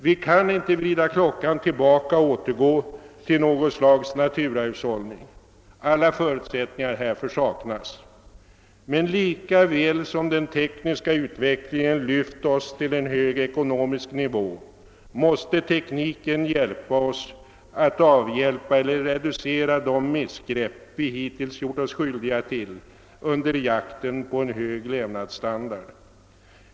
Vi kan inte vrida klockan tillbaka och återgå till något slags naturahushållning alla förutsättningar härför saknas — men lika väl som den tekniska utvecklingen lyft oss till en hög ekonomisk nivå måste tekniken hjälpa oss att reparera eller reducera de missgrepp vi hittills gjort oss skyldiga till under jakten på en hög levnadsstandard.